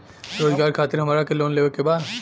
रोजगार खातीर हमरा के लोन लेवे के बा?